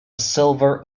silver